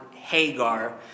Hagar